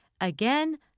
Again